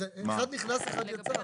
אחד נכנס ואחד יוצא.